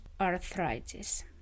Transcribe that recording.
arthritis